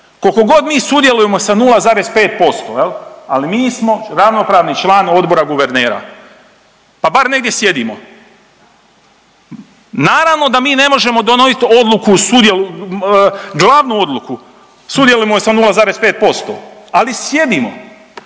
koliko god mi sudjelujemo sa 0,5% ali mi smo ravnopravni član Odbora guvernera, pa bar negdje sjedimo. Naravno da mi ne možemo donosit odluku, glavnu odluku, sudjelujemo sa 0,5% ali sjedimo,